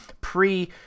pre